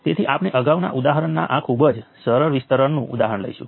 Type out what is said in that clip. તેથી હું સપાટીને બંધ કરતા નોડ 4 દોરીશ